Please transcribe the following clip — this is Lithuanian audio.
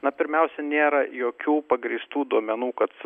na pirmiausia nėra jokių pagrįstų duomenų kad